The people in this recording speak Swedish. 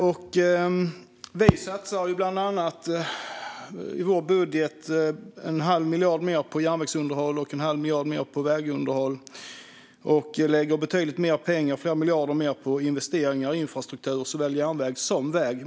Jämfört med Socialdemokraterna satsar vi i vår budget bland annat en halv miljard mer på järnvägsunderhåll och en halv miljard mer på vägunderhåll. Vi lägger också betydligt mer pengar, flera miljarder mer, på investeringar i infrastruktur, såväl järnväg som väg.